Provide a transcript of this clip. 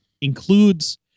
includes